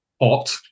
hot